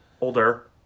Older